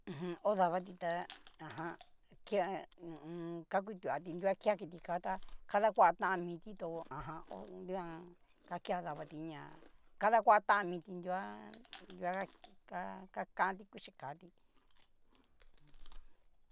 Ujun ho davati ta ajan kia ho o on. ka kutuati nunguan kea kitika tá, kadakoa tanmiti tó, ajan duan ka kea davati ña kadakua tanmiti nrua, nrua ka kakanti kuxikati.